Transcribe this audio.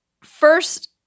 first